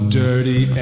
dirty